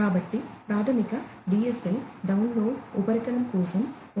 కాబట్టి ప్రాథమిక DSL download ఉపరితలం కోసం 1